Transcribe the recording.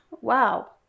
Wow